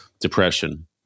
depression